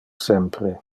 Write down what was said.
sempre